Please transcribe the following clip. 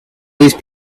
these